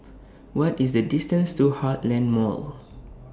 What IS The distance to Heartland Mall